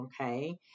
okay